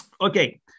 Okay